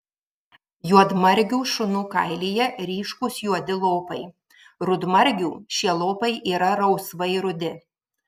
juodmargių šunų kailyje ryškūs juodi lopai rudmargių šie lopai yra rausvai rudi